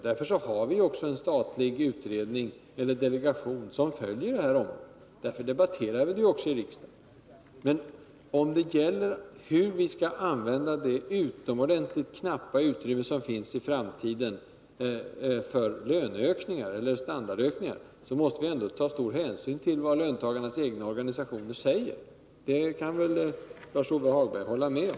Därför har vi också en statlig delegation som följer utvecklingen på det här området, och därför debatterar vi saken i riksdagen. Men när det gäller hur vi skall använda det utomordentligt knappa utrymme som i framtiden finns för löneeller standardökningar måste vi ta stor hänsyn till vad löntagarnas egna organisationer säger — det kan väl Lars-Ove Hagberg hålla med om.